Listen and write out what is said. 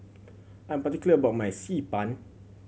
I'm particular about my Xi Ban